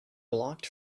blocked